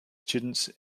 students